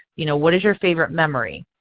you know what is your favorite memory?